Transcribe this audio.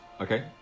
Okay